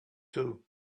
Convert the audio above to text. too